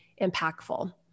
impactful